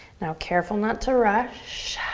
now careful not to rush.